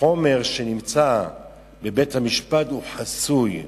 החומר שנמצא בבית-המשפט הוא חסוי,